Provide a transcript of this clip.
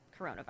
coronavirus